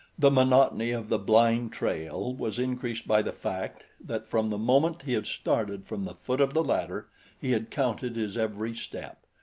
the monotony of the blind trail was increased by the fact that from the moment he had started from the foot of the ladder he had counted his every step.